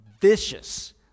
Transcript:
vicious